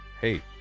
hey